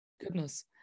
goodness